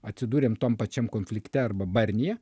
atsidūrėm tam pačiam konflikte arba barnyje